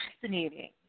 fascinating